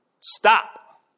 stop